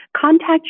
Contact